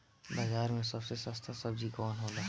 बाजार मे सबसे सस्ता सबजी कौन होला?